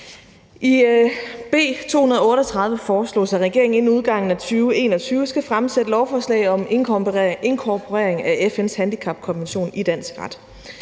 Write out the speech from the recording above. I B 238 foreslås det, at regeringen inden udgangen af 2021 skal fremsætte et lovforslag om inkorporering af FN's handicapkonvention i dansk ret.